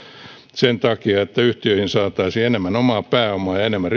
sen takia että yhtiöihin saataisiin enemmän omaa pääomaa ja enemmän